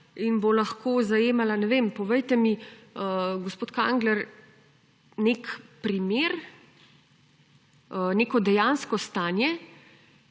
in bo lahko zajemala … Ne vem, povejte mi, gospod Kangler, nek primer, neko dejansko stanje,